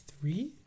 three